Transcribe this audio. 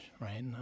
right